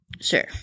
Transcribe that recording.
Sure